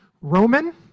Roman